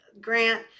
grant